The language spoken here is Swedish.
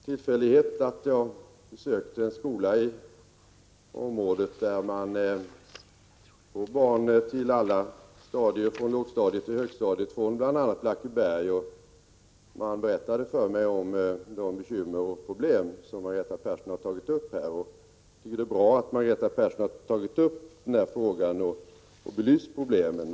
Herr talman! Av en tillfällighet har jag besökt en skola i området, med elever på låg-, mellanoch högstadierna, bl.a. från Blackeberg. Man berättade då för mig om de bekymmer och problem som Margareta Persson har redovisat. Jag tycker att det är bra att hon har tagit upp denna fråga och belyst problemen.